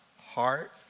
heart